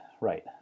right